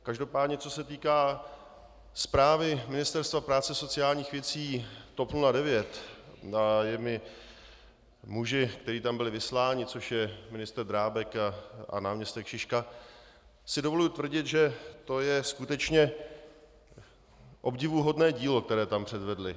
Každopádně co se týká správy Ministerstva práce a sociálních věcí TOP 09, muži, kteří tam byli vysláni, což je ministr Drábek a náměstek Šiška, si dovoluji tvrdit, že to je skutečně obdivuhodné dílo, které tam předvedli.